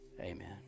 Amen